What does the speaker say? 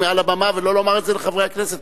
מעל הבמה ולא לומר את זה לחברי הכנסת,